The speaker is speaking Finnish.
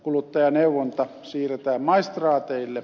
kuluttajaneuvonta siirretään maistraateille